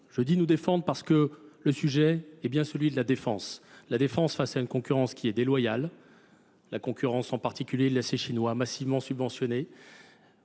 Je dis nous défendre parce que le sujet est bien celui de la défense. La défense face à une concurrence qui est déloyale, la concurrence en particulier de l'essai chinois, massivement subventionnée,